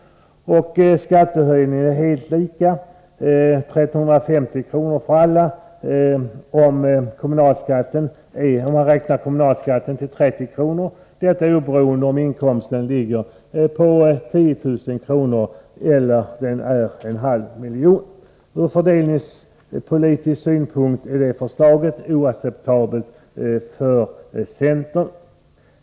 och skattehöjningen är lika, 1 350 kr., för alla om man räknar kommunalskatten till 30 kr., oberoende av om inkomsten är 10 000 eller 500 000 kr. Ur fördelningspolitisk synpunkt är det förslaget oacceptabelt för centern.